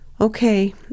okay